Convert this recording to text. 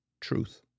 truth